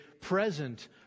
present